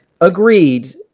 Agreed